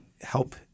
help